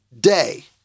day